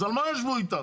אז על מה ישבו איתם?